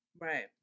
right